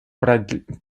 проделанной